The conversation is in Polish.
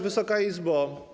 Wysoka Izbo!